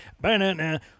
banana